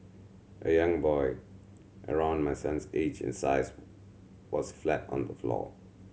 a young boy around my son's age and size was flat on the floor